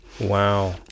Wow